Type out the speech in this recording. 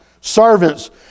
servants